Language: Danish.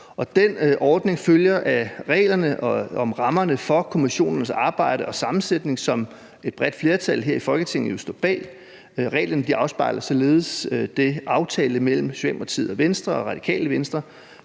den ordning følger af reglerne om rammerne for kommissionernes arbejde og sammensætning, som et bredt flertal her i Folketinget jo står bag. Reglerne afspejler således den aftale, som Socialdemokratiet, Venstre, Radikale Venstre,